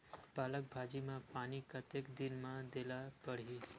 पालक भाजी म पानी कतेक दिन म देला पढ़ही?